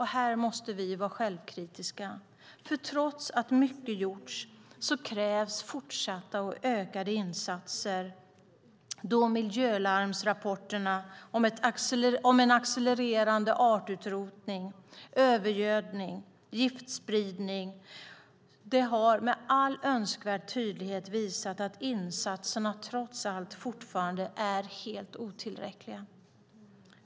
Här måste vi vara självkritiska. Trots att mycket gjorts krävs fortsatta och ökade insatser då miljölarmrapporterna om en accelererande artutrotning, övergödning och giftspridning med all önskvärd tydlighet har visat att insatserna trots allt fortfarande är helt otillräckliga.